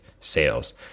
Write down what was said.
sales